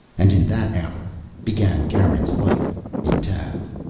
and in that hour began garin's life in tav.